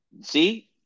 see